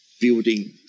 building